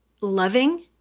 loving